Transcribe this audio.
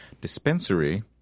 dispensary